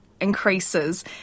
increases